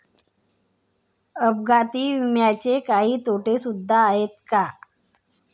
अपघाती विम्याचे काही तोटे सुद्धा आहेत का?